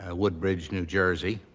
ah woodbridge, new jersey.